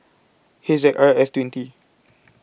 H Z R S twenty